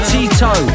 Tito